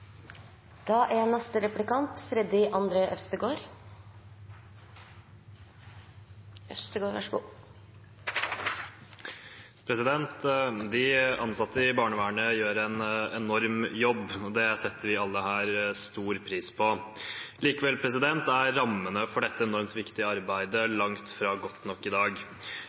barnevernet gjør en enorm jobb, det setter vi alle her stor pris på. Likevel er rammene for dette enormt viktige arbeidet langt fra godt nok i dag.